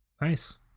nice